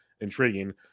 intriguing